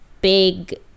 big